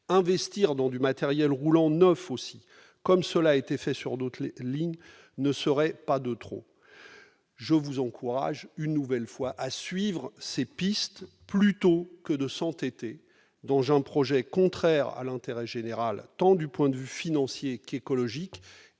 Investir dans du matériel roulant neuf, comme cela a été fait sur d'autres lignes, ne serait sans doute pas de trop. Je vous encourage donc une nouvelle fois à suivre ces pistes plutôt que de vous entêter dans un projet contraire à l'intérêt général du point de vue tant financier qu'écologique.